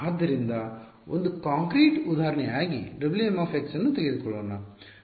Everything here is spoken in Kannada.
ಆದ್ದರಿಂದ ಒಂದು ಕಾಂಕ್ರೀಟ್ ಉದಾಹರಣೆಯಾಗಿ W m ಅನ್ನು ತೆಗೆದುಕೊಳ್ಳೋಣ ನಾವು 1 ಸಮೀಕರಣವನ್ನು ನೋಡೋಣ ಎಂದು ಹೇಳೋಣ